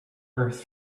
earth